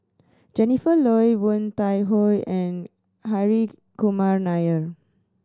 Jennifer Yeo Woon Tai Ho and Hri Kumar Nair